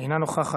אינה נוכחת.